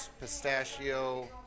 pistachio